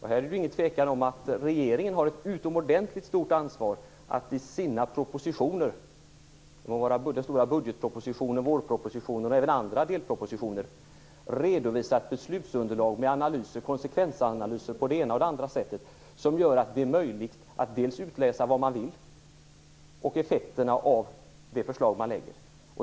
Här är det ingen tvekan om att regeringen har ett utomordentligt stort ansvar att i sina propositioner - det må vara den stora budgetpropositionen, vårpropositionen eller andra delpropositioner - redovisa ett beslutsunderlag med konsekvensanalyser på det ena och det andra sättet som gör det möjligt att utläsa vad man vill och effekterna av det förslag man lägger fram.